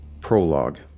prologue